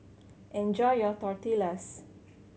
enjoy your Tortillas